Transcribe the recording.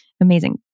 Amazing